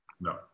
no